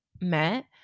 met